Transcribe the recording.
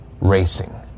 racing